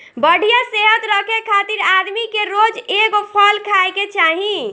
बढ़िया सेहत रखे खातिर आदमी के रोज एगो फल खाए के चाही